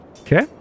Okay